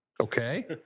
Okay